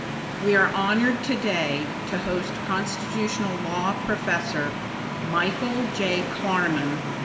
we are honored today to host constitutional law professor michael j. klarman,